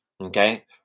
Okay